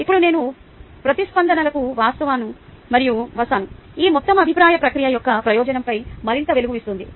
ఇప్పుడు నేను ప్రతిస్పందనలకు వస్తాను మరియు ఈ మొత్తం అభిప్రాయ ప్రక్రియ యొక్క ప్రయోజనంపై మరింత వెలుగునిస్తుంది